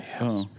yes